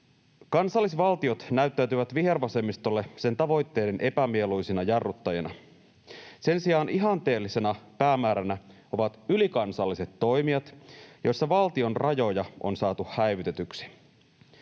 Kansallisvaltiot näyttäytyvät vihervasemmistolle sen tavoitteiden epämieluisina jarruttajina. Sen sijaan ihanteellisena päämääränä ovat ylikansalliset toimijat, joissa valtion rajoja on saatu häivytetyksi.